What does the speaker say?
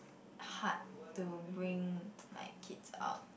hard to bring like kids out